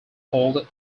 called